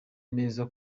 neza